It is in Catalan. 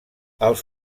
els